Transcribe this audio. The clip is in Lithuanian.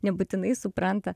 nebūtinai supranta